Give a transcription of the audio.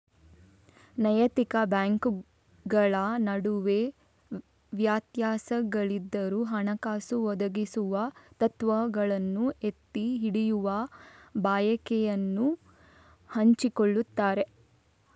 ನೈತಿಕ ಬ್ಯಾಂಕುಗಳ ನಡುವೆ ವ್ಯತ್ಯಾಸಗಳಿದ್ದರೂ, ಹಣಕಾಸು ಒದಗಿಸುವ ತತ್ವಗಳನ್ನು ಎತ್ತಿ ಹಿಡಿಯುವ ಬಯಕೆಯನ್ನು ಹಂಚಿಕೊಳ್ಳುತ್ತಾರೆ